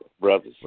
Brothers